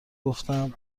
گفتم